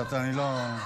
אני לא,